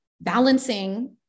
balancing